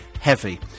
heavy